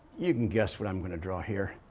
you can guess what i'm going to draw here.